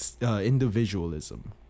individualism